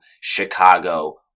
Chicago